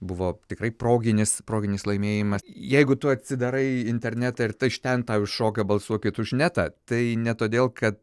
buvo tikrai proginis proginis laimėjimas jeigu tu atsidarai internetą ir tai iš ten tau iššoka balsuokit už netą tai ne todėl kad